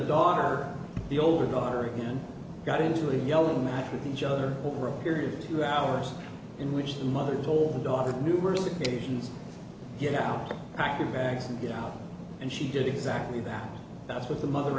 daughter or the older daughter and got into a yelling match with each other over a period of two hours in which the mother told daughter numerous occasions get out acrobatics and get out and she did exactly that that's what the mother